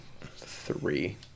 three